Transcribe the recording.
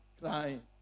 crying